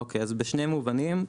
אוקיי אז בשני מובנים.